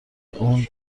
اون